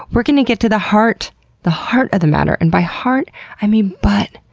we're gonna get to the heart the heart of the matter. and by heart i mean butt,